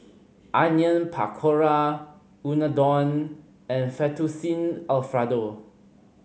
Onion Pakora Unadon and Fettuccine Alfredo